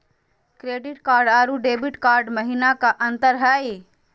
Credit card अरू debit card महिना का अंतर हई?